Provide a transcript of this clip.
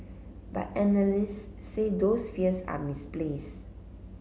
but analysts say those fears are misplaced